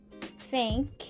thank